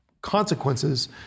consequences